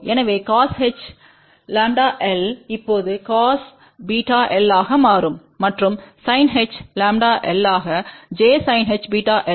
எனவேcosh இப்போது cos βlஆக மாறும் மற்றும்sinh ஆகJsinh βlஎல்